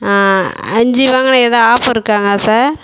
அஞ்சு வாங்கினா எதாவது ஆஃபர் இருக்காங்க சார்